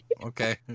Okay